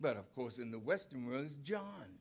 but of course in the western world is john